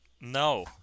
No